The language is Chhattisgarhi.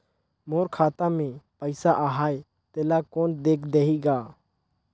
मोर खाता मे पइसा आहाय तेला कोन देख देही गा?